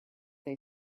they